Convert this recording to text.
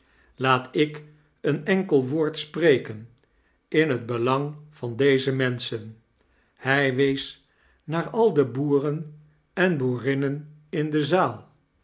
laat ik een enkel woord spreken in het belang van deze menschen hij wees naar al de boeren en boerinnen in de zaal